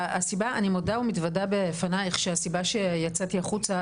אני מודה ומתוודה בפנייך שהסיבה שיצאתי החוצה,